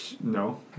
No